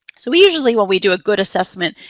so we usually, when we do a good assessment,